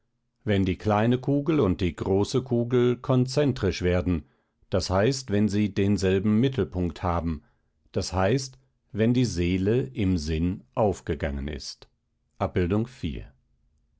wenn die kleine kugel und die große kugel konzentrisch werden d h wenn sie denselben mittelpunkt haben d h wenn die seele im sinn aufgegangen ist